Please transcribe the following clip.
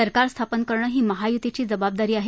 सरकार स्थापन करणं ही महायुतीची जबाबदारी आहे